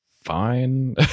fine